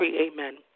amen